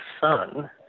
son